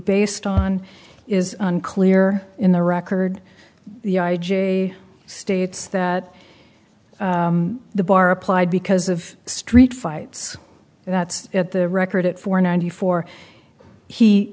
based on is unclear in the record the i g states that the bar applied because of street fights that at the record it for ninety four he